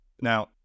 Now